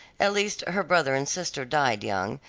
at least her brother and sister died young,